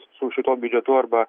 su šituo biudžetu arba